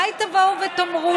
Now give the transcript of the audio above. גם אנחנו נגד הצביעות.